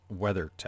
WeatherTech